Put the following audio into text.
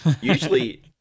Usually